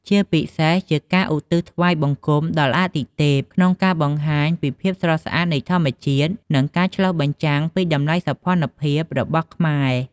ជាពិសេសជាការឧទ្ទិសថ្វាយបង្គំដល់អាទិទេព ក្នុងការបង្ហាញពីភាពស្រស់ស្អាតនៃធម្មជាតិ និងការឆ្លុះបញ្ចាំងពីតម្លៃសោភ័ណភាពរបស់ខ្មែរ។